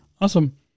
Awesome